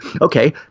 okay